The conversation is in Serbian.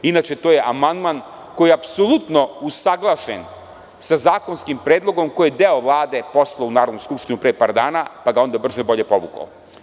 Inače, to je amandman koji je apsolutno usaglašen sa zakonskim predlogom koji je deo Vlade poslao u Narodnu skupštinu pre par dana, pa ga brže bolje povukao.